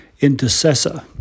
intercessor